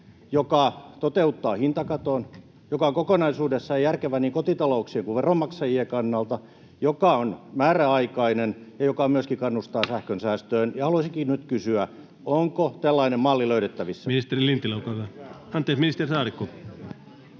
joka toteuttaa hintakaton, joka on kokonaisuudessaan järkevä niin kotitalouksien kuin veronmaksajien kannalta, joka on määräaikainen ja joka myöskin kannustaa sähkönsäästöön. Ja haluaisinkin nyt kysyä: onko tällainen malli löydettävissä? [Speech 287] Speaker: Ensimmäinen